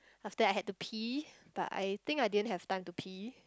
after that I had to pee but I think I didn't have time to pee